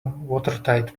watertight